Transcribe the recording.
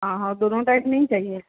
हाँ और दोनों टाइम नहीं चाहिए